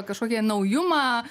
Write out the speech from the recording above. kažkokie naujumą